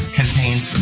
contains